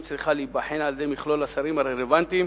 צריכה להיבחן על-ידי מכלול השרים הרלוונטיים,